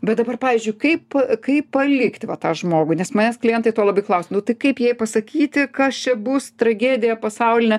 bet dabar pavyzdžiui kaip kaip palikti va tą žmogų nes manęs klientai to labai klaustų tai kaip jai pasakyti kas čia bus tragedija pasaulinę